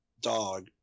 dog